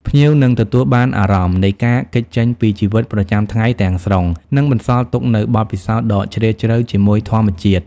ភ្ញៀវនឹងទទួលបានអារម្មណ៍នៃការគេចចេញពីជីវិតប្រចាំថ្ងៃទាំងស្រុង និងបន្សល់ទុកនូវបទពិសោធន៍ដ៏ជ្រាលជ្រៅជាមួយធម្មជាតិ។